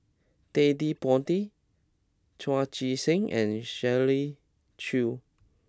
Ted De Ponti Chu Chee Seng and Shirley Chew